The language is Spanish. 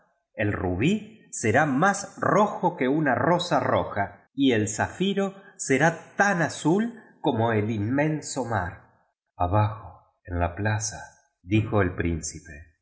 el rubí será más rojo que una rosa roja y el zafiro será tan azul como el inmenso mar abajo en la plaza dijo el príncipe